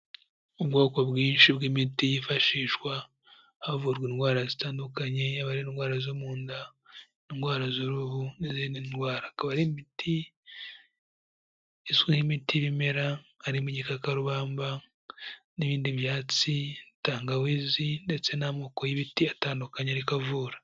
Ubwoko bwinshi bw'imiti yifashishwa havurwa indwara zitandukanye, yaba ari indwara zo mu nda, indwara z'uruhu n'izindi ndwara, akaba ari imiti izwi nk'imiti y'ibimera harimo igikakarubamba n'ibindi byatsi, tangawizi ndetse n'amoko y'ibiti atandukanye ariko avura.